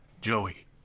Joey